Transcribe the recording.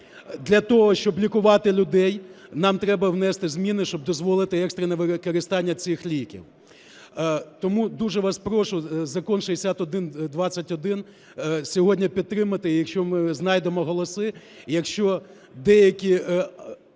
для того, щоб лікувати людей. Нам треба внести зміни, щоб дозволити екстрене використання цих ліків. Тому дуже вас прошу Закон 6121 сьогодні підтримати. І якщо ми знайдемо голоси, і якщо деякі